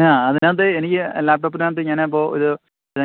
ആ അതിനകത്ത് എനിക്ക് ലാപ്ടോപ്പിനകത്തു ഞാനപ്പോള് ഇത്